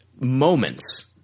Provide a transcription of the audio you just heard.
moments